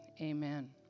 Amen